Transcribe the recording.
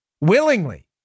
Willingly